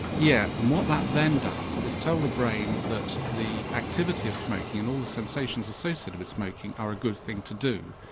yeah and what that then does is tell the brain that the activity of smoking and all the sensations associated with smoking are a good thing to do.